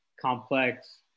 complex